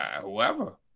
Whoever